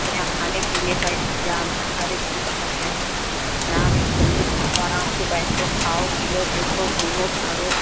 बढ़िया खाने पीने का इंतजाम है हर एक चीज़ का है जहाँ भी चलने खूब आराम से बैठो खाओ पियो देखो घूमो टहलो